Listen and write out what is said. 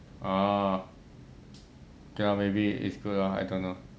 orh okay lah maybe it's good lah I don't know